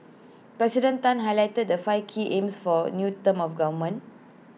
President Tan highlighted the five key aims for the new term of government